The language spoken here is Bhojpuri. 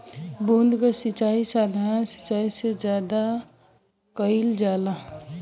बूंद क सिचाई साधारण सिचाई से ज्यादा कईल जाला